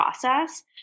process